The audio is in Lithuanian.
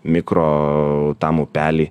mikro tam upely